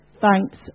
thanks